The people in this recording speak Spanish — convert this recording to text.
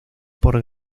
por